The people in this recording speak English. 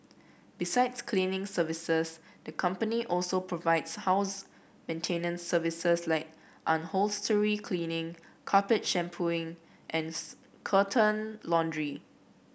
besides cleaning services the company also provides house maintenance services like upholstery cleaning carpet shampooing and curtain laundry